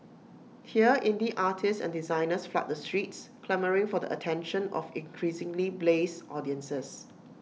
here indie artists and designers flood the streets clamouring for the attention of increasingly blase audiences